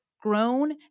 grown